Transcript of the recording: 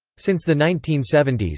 since the nineteen seventy s,